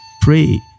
Pray